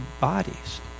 bodies